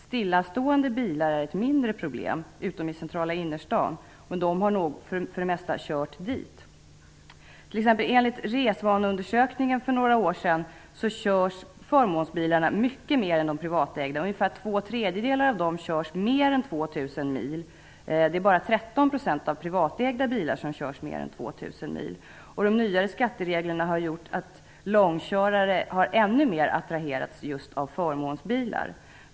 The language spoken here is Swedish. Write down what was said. Stillastående bilar är ett mindre problem, utom i centrala innerstan, men de har för det mesta körts dit. Enligt resvaneundersökningen för några år sedan körs förmånsbilarna mycket mer än de privatägda. Ungefär två tredjedelar av dem körs mer än 2 000 mil om året. Det är bara 13 % av de privatägda bilarna som körs mer än 2 000 mil om året. De nyare skattereglerna har gjort att långkörare ännu mer har attraherats av förmånsbilar.